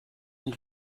und